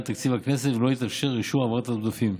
תקציב הכנסת ולא התאפשר אישור העברת העודפים.